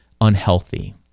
unhealthy